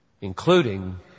Including